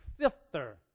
sifter